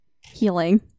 healing